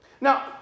Now